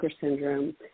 syndrome